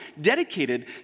dedicated